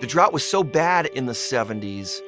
the drought was so bad in the seventy s